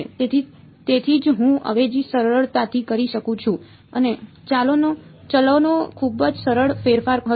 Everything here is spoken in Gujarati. તેથી તેથી જ હું અવેજી સરળતાથી કરી શકું છું તે ચલોનો ખૂબ જ સરળ ફેરફાર હતો